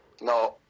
no